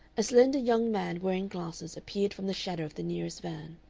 a slender young man, wearing glasses, appeared from the shadow of the nearest van.